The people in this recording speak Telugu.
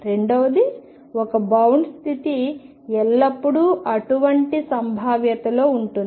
రెండవది ఒక బౌండ్ స్థితి ఎల్లప్పుడూ అటువంటి సంభావ్యతలో ఉంటుంది